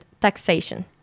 taxation